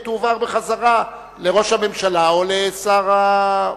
הסמכות תועבר בחזרה לראש הממשלה או לשר הפנים.